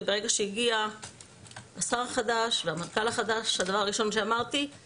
וברגע שהגיע השר החדש והמנכ"ל החדש הדבר הראשון שאמרתי הוא